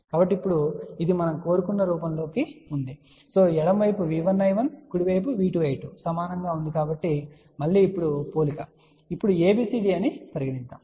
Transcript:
కాబట్టి ఇప్పుడు ఇది మనం కోరుకున్న రూపంలో ఉంది ఎడమ వైపు V1I1 కుడి వైపు V2I2 సమానంగా ఉంటుందికాబట్టి మళ్ళీ ఇప్పుడు పోలిక ఇప్పుడు ABCD అని పరిగణించండి